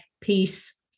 peace